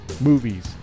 movies